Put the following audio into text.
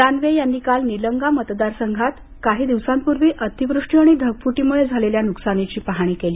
दानवे यांनी काल निलंगा मतदारसंघात काही दिवसांपूर्वी अतिवृष्टी आणि ढगफुटीमुळे झालेल्या नुकसानीची पाहणी केली